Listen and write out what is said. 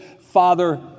Father